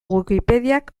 wikipediak